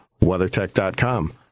WeatherTech.com